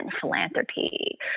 philanthropy